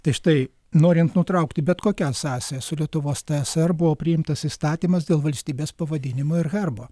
tai štai norint nutraukti bet kokią sąsają su lietuvos tsr buvo priimtas įstatymas dėl valstybės pavadinimo ir herbo